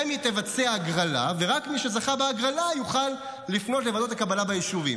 רמ"י תבצע הגרלה ורק מי שזכה בהגרלה יוכל לפנות לוועדות הקבלה ביישובים.